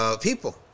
People